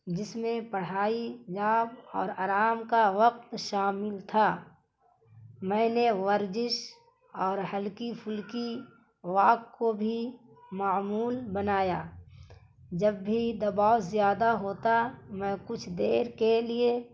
جس میں پڑھائی جاب اور آرام کا وقت شامل تھا میں نے ورزش اور ہلکی پھلکی واک کو بھی معمول بنایا جب بھی دباؤ زیادہ ہوتا میں کچھ دیر کے لیے